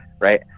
right